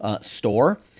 store